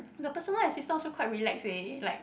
the personal assistant also quite relax leh like